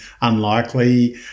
unlikely